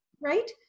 Right